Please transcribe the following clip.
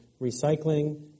recycling